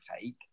take